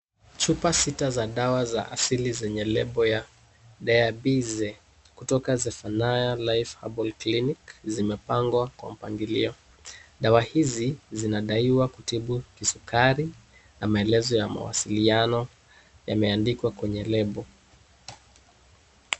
Chupa sita za dawa za asili zenye lebo ya Diabize kutoka Zephania Life Herbal Clinic zimepangwa kwa mpangilio. Dawa hizi zinadaiwa kutibu kisukari na maelezo ya mawasiliano yameandikwa kwenye lebo.